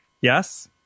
Yes